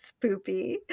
Spoopy